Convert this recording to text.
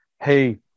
Hey